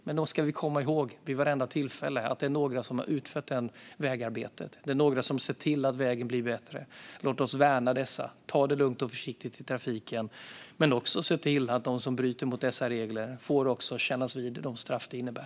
Men då ska vi alltid komma ihåg att det är några som har utfört vägarbetet, att det är några som ser till att vägen blir bättre. Låt oss värna dem. Ta det lugnt och försiktigt i trafiken. Se också till att de som bryter mot dessa regler får kännas vid de straff det innebär.